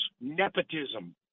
nepotism